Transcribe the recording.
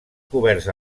coberts